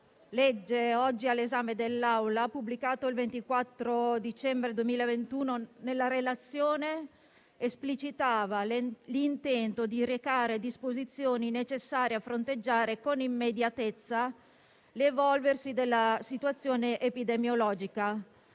oggi all'esame dell'Assemblea, pubblicato il 24 dicembre 2021, nella relazione esplicitava l'intento di recare disposizioni necessarie a fronteggiare con immediatezza l'evolversi della situazione epidemiologica